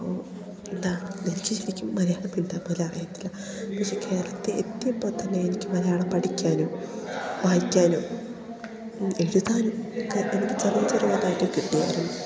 അപ്പം എന്താണ് എനിക്ക് ശരിക്കും മലയാളം മിണ്ടാൻ പോലും അറിയത്തില്ല പക്ഷെ കേരളത്തിൽ എത്തിയപ്പോൾ തന്നെ എനിക്ക് മലയാളം പഠിക്കാനും വായിക്കാനും എഴുതാനും ഒക്കെ എനിക്ക് ചെറിയ ചെറിയതായിട്ട് കിട്ടിയായിരുന്നു